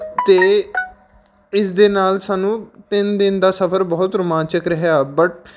ਅਤੇ ਇਸ ਦੇ ਨਾਲ ਸਾਨੂੰ ਤਿੰਨ ਦਿਨ ਦਾ ਸਫਰ ਬਹੁਤ ਰੋਮਾਂਚਿਕ ਰਿਹਾ ਬਟ